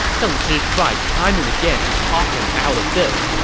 deng zhi tried time and again to talk him out of this,